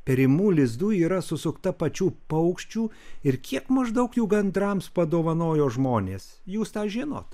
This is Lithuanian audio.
perimų lizdų yra susukta pačių paukščių ir kiek maždaug jų gandrams padovanojo žmonės jūs tą žinot